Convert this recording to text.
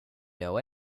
know